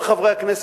כל חברי הכנסת,